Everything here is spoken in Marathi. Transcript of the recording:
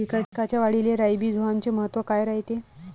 पिकाच्या वाढीले राईझोबीआमचे महत्व काय रायते?